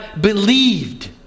believed